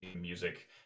music